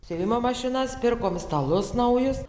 siuvimo mašinas pirkom stalus naujus